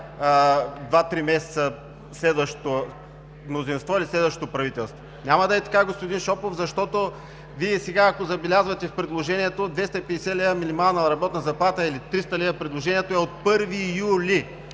месеца, а следващото мнозинство и следващото правителство… Няма да е така, господин Шопов, защото Вие сега, ако забелязвате в предложението – 250 лв. минимална работна заплата, или 300 лв. е от 1 юли!